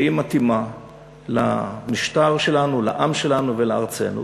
שהיא מתאימה למשטר שלנו, לעם שלנו ולארצנו.